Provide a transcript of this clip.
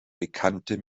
bekannte